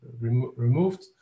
removed